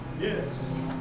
Yes